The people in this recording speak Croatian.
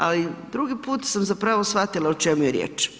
Ali drugi put sam zapravo shvatila o čemu je riječ.